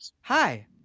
Hi